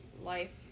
life